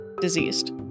diseased